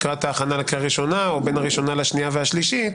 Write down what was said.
לקראת ההכנה לקריאה ראשונה או בין הראשונה לשנייה והשלישית,